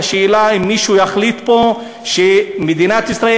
השאלה היא האם מישהו יחליט פה שמדינת ישראל